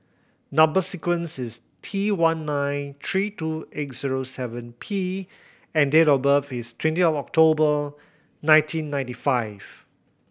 number sequence is T one nine three two eight zero seven P and date of birth is twenty of October nineteen ninety five